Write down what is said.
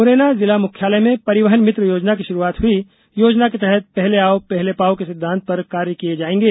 मुरैना जिला मुख्यालय में परिवहन मित्र योजना की शुरूआत हुई योजना के तहत पहले आओ पहले पाओ के सिद्धांत पर कार्य किये जायेंगे